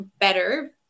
better